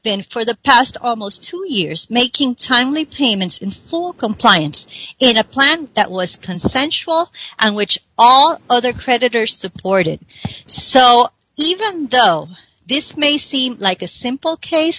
been for the past almost two years making timely payments in full compliance in a plan that was consensual and which all other creditors supported so even though this may seem like a simple case